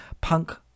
Punk